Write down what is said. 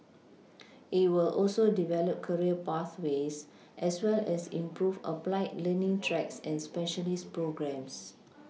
it will also develop career pathways as well as improve applied learning tracks and specialist programmes